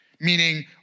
Meaning